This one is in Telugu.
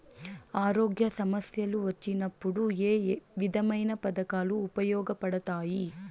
ఆరోగ్య సమస్యలు వచ్చినప్పుడు ఏ విధమైన పథకాలు ఉపయోగపడతాయి